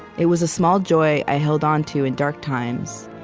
it was a small joy i held on to in dark times,